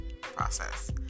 process